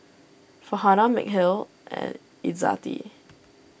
Farhanah Mikhail and Izzati